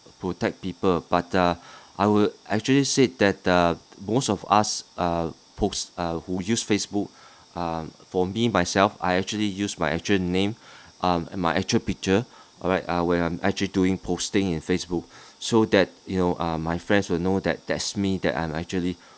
protect people but uh I will actually say that the most of us uh post uh who use facebook uh for me myself I actually use my actual name uh and my actual picture alright when I'm actually doing posting in facebook so that you know um my friends will know that's me that I'm actually